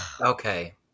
Okay